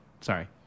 Sorry